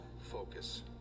Focus